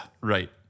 Right